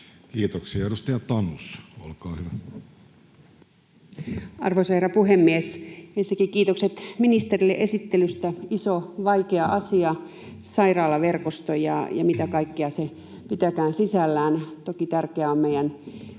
laeiksi Time: 14:53 Content: Arvoisa herra puhemies! Ensinnäkin kiitokset ministerille esittelystä. Iso, vaikea asia — sairaalaverkosto ja se, mitä kaikkea se pitääkään sisällään. Toki tärkeää on meidän